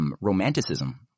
romanticism